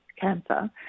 cancer